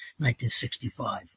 1965